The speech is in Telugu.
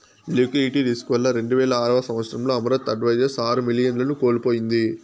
లిక్విడిటీ రిస్కు వల్ల రెండువేల ఆరవ సంవచ్చరంలో అమరత్ అడ్వైజర్స్ ఆరు మిలియన్లను కోల్పోయింది